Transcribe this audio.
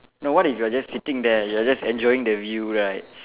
no what if you're just sitting there you are just enjoying the view right